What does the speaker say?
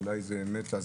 ואולי זה הזמן,